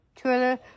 Twitter